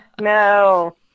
no